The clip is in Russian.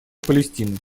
палестины